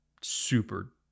super